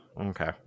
okay